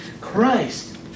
Christ